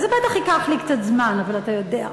זה בטח ייקח לי קצת זמן, אבל אתה יודע,